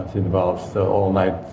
involves the all night